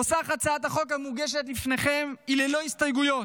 נוסח הצעת החוק המוגשת בפניכם הוא ללא הסתייגויות,